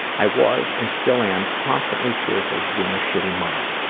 i was, and still am, constantly fearful of being a shitty mom.